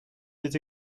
des